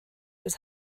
his